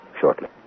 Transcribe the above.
shortly